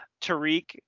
Tariq